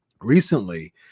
recently